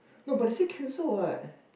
no but they say cancel what